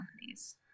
companies